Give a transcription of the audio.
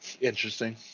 interesting